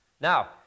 Now